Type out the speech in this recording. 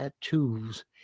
tattoos